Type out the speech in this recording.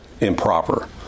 improper